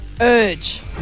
urge